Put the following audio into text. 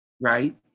right